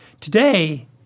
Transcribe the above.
Today